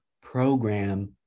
program